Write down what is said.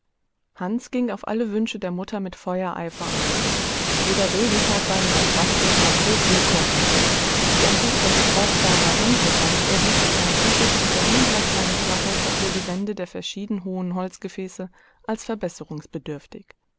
hans ging auf alle wünsche der mutter mit feuereifer ein jeder regentag war ihm als basteltag hoch willkommen die an sich recht brauchbare hanslbank erwies sich beim zurichten der ungleich langen flachhölzer für die wände der verschieden hohen holzgefäße als